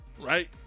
right